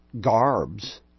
garbs